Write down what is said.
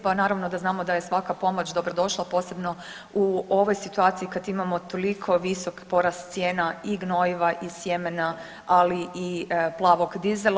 Pa naravno da znamo da je svaka pomoć dobrodošla, posebno u ovoj situaciji kad imamo toliko visok porast cijena i gnojiva i sjemena, ali i plavog dizela.